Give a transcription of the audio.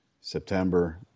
September